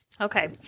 Okay